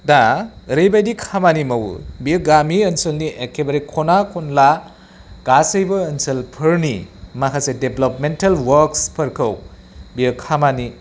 दा ओरैबायदि खामानि मावो बेयो गामि ओनसोलनि एकेबारे खना खनला गासैबो ओनसोलफोरनि माखासे देभलपमेन्टेल व'र्क्सफोरखौ बियो खामानि